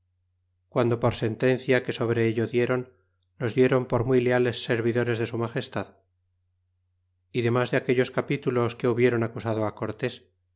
quando por sentencia que sobre ello diéron nos diéron por muy leales servidores de su magestad y demás de aquellos capítulos que hubiéron acusado cortés